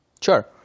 Sure